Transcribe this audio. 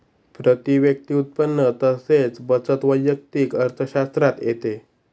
प्रती व्यक्ती उत्पन्न तसेच बचत वैयक्तिक अर्थशास्त्रात येते